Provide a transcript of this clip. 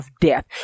death